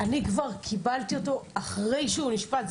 אני כבר קיבלתי אותו אחרי שהוא נשפט.